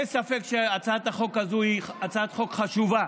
אין ספק שהצעת החוק הזאת היא הצעת חוק חשובה